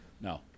No